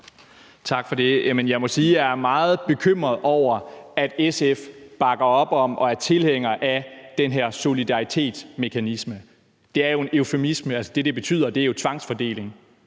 sige, at jeg er meget bekymret over, at man i SF bakker op om og er tilhænger af den her solidaritetsmekanisme. For det er jo en eufemisme, altså det, det betyder, er jo en tvangsfordeling.